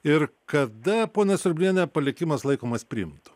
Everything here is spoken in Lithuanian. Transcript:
ir kada ponia surbliene palikimas laikomas priimtu